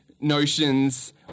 notions